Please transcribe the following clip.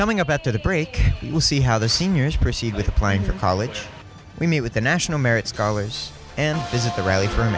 coming up after the break we'll see how the seniors proceed with applying for college we meet with the national merit scholars and visit the rally for